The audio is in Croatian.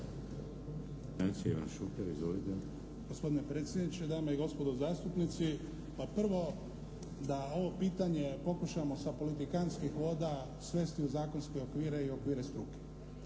Gospodine predsjedniče, dame i gospodo zastupnici! Prvo, da ovo pitanje pokušamo sa politikantskih voda svesti u zakonske okvire i okvire struke.